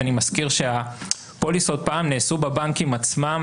ואני מזכיר שהפוליסות פעם נעשו בבנקים עצמם,